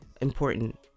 important